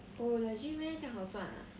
!whoa! legit meh 这样好赚 ah